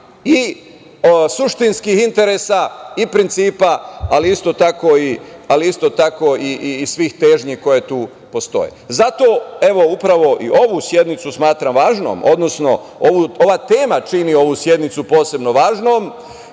i suštinskih interesa i principa, ali isto tako i svih težnji koje tu postoje. Zato upravo i ovu sednicu smatram važnom, odnosno ova tema čini ovu sednicu posebno važnom.